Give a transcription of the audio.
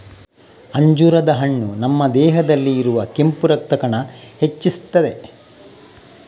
ಅಂಜೂರದ ಹಣ್ಣು ನಮ್ಮ ದೇಹದಲ್ಲಿ ಇರುವ ಕೆಂಪು ರಕ್ತ ಕಣ ಹೆಚ್ಚಿಸ್ತದೆ